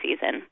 season